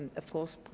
of course,